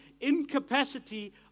incapacity